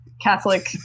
Catholic